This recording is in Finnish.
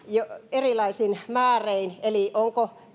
erilaisin määrein eli onko